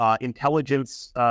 intelligence